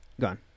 Gone